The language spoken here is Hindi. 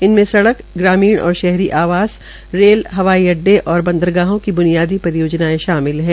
इनमें सड़क ग्रामीण और शहरी आवास रेलवे हवाई अड्डे और बंदरगाहों की बुनियादी परियोजनाये शामिल है